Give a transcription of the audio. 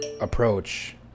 approach